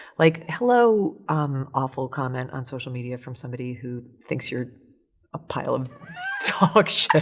like, hello awful comment on social media from somebody who thinks you're a pile of dog shit.